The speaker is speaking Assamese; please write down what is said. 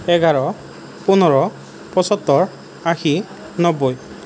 এঘাৰ পোন্ধৰ পয়সত্তৰ আশী নব্বৈ